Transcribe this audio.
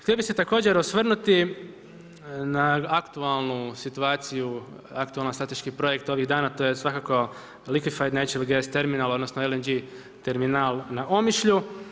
Htio bih se također osvrnuti na aktualnu situaciju, aktualni strateški projekt ovih dana to je svakako Liquefied Natural Terminal, odnosno LNG Terminal na Omišlju.